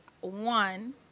one